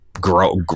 grow